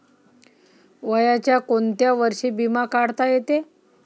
वयाच्या कोंत्या वर्षी बिमा काढता येते?